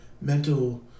mental